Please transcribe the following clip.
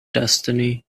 destiny